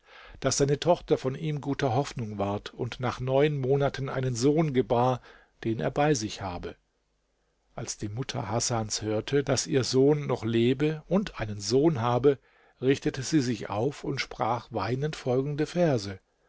daß seine tochter von ihm guter hoffnung ward und nach neun monaten einen sohn gebar den er bei sich habe als die mutter hasans hörte daß ihr sohn noch lebe und einen sohn habe richtete sie sich auf und sprach weinend folgende verse